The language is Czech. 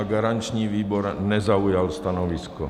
Garanční výbor nezaujal stanovisko.